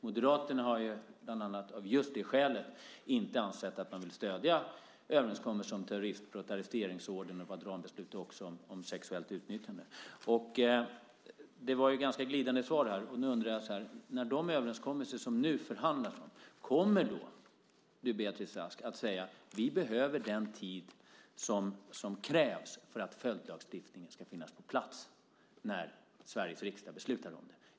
Moderaterna har ju bland annat av just det skälet inte ansett att man vill stödja överenskommelser om terroristbrott, arresteringsorder och rambeslutet om sexuellt utnyttjande. Det var ett ganska glidande svar. Och nu undrar jag om du Beatrice Ask, när det gäller de överenskommelser som det nu förhandlas om, kommer att säga: Vi behöver den tid som krävs för att följdlagstiftningen ska finnas på plats när Sveriges riksdag beslutar om det.